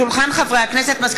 ובהצעת חוק ניירות ערך (תיקון מס' 64); החלטת